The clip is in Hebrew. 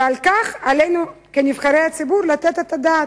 ועל כך עלינו כנבחרי הציבור לתת את הדעת,